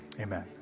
amen